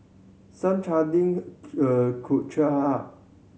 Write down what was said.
some could cheer her up